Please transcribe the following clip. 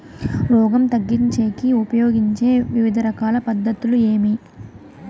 రోగం తగ్గించేకి ఉపయోగించే వివిధ రకాల పద్ధతులు ఏమి?